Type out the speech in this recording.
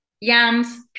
yams